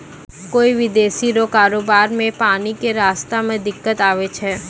कोय विदेशी रो कारोबार मे पानी के रास्ता मे दिक्कत आवै छै